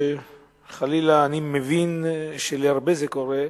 שחלילה, אני מבין שלהרבה זה קורה,